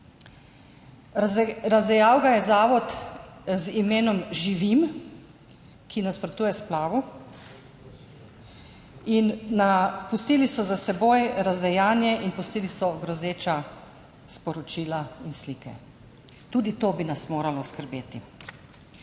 Razdejal jo je zavod z imenom Živim, ki nasprotuje splavu. Pustili so za seboj razdejanje in pustili so grozeča sporočila in slike. Tudi to bi nas moralo skrbeti.